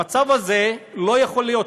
המצב הזה לא יכול להיות,